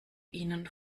ihnen